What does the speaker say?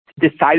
decided